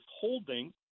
holding